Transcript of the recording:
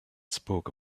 spoke